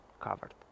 covered